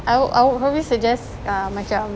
I would I would probably suggest uh macam